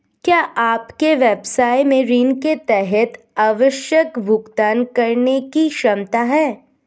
क्या आपके व्यवसाय में ऋण के तहत आवश्यक भुगतान करने की क्षमता है?